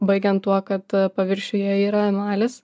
baigiant tuo kad paviršiuje yra emalis